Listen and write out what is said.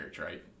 right